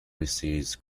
receives